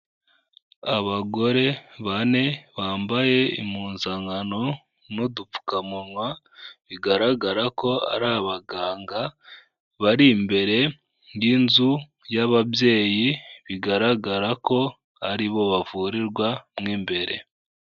Abagore bane bambaye impuzangano n'udupfukamunwa bigaragara ko ari abaganga bari imbere y'inzu y'ababyeyi, bigaragara ko ari bo bavurirwa mo imbere.